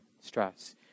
stress